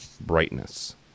brightness